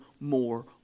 more